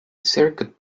circuit